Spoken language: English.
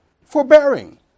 forbearing